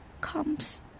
comes